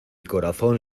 corazón